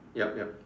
yup yup